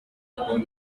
kuri